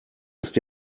ist